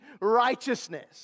righteousness